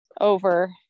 over